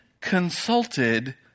consulted